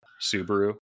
Subaru